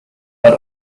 but